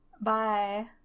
Bye